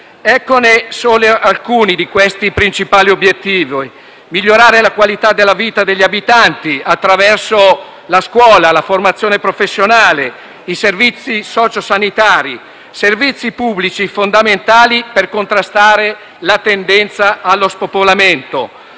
Ecco solo alcuni dei principali obiettivi: migliorare la qualità della vita degli abitanti, attraverso la scuola, la formazione professionale, i servizi socio-sanitari e servizi pubblici fondamentali, per contrastare la tendenza allo spopolamento;